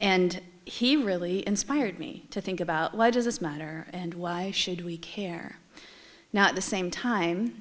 and he really inspired me to think about why does this matter and why should we care now at the same time